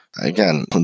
again